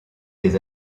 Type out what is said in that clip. des